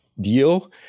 deal